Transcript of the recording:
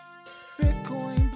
Bitcoin